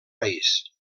país